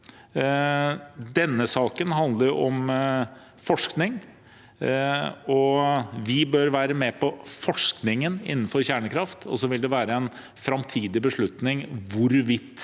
Denne saken handler om forskning, og vi bør være med på forskningen innenfor kjernekraft. Så vil det være en framtidig beslutning hvorvidt